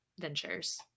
ventures